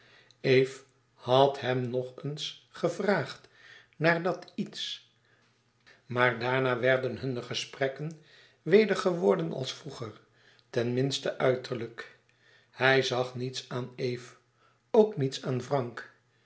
eve had hem nog wel eens gevraagd naar dat iets maar daarna werden hunne gesprekken weder geworden als vroeger ten minste uiterlijk hij zag niets aan eve ook niets aan frank